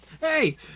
Hey